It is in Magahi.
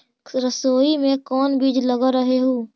सरसोई मे कोन बीज लग रहेउ?